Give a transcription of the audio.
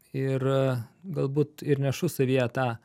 ir galbūt ir nešu savyje tą